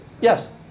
Yes